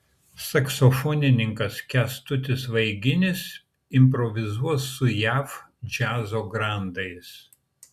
saksofonininkas kęstutis vaiginis improvizuos su jav džiazo grandais